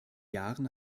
jahren